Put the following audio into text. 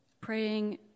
praying